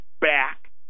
back